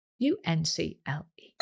U-N-C-L-E